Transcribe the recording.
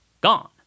Gone